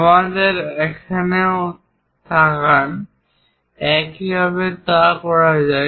আমাদের এখানেও তাকান একইভাবে তাও দেখা যাক